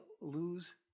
lose